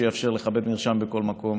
שיאפשר לכבד מרשם בכל מקום.